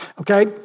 Okay